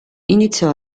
iniziò